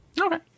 Okay